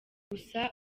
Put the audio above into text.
gusa